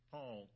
Paul